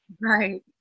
Right